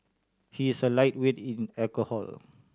he is a lightweight in alcohol